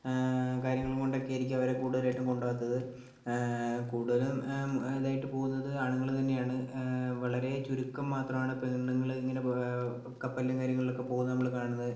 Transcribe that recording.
കാര്യങ്ങള് കൊണ്ടൊക്കെയായിരിക്കും അവരെ കൂടുതലായിട്ടും കൊണ്ടുപോകാത്തത് കൂടുതലും ഇതായിട്ട് പോകുന്നത് ആണുങ്ങള് തന്നെയാണ് വളരെ ചുരുക്കം മാത്രമാണ് പെണ്ണുങ്ങള് ഇങ്ങനെ കപ്പലിലും കാര്യങ്ങളിലും ഒക്കെ പോകുന്നത് നമ്മള് കാണുന്നത്